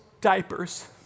diapers